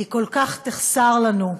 היא כל כך תחסר לנו,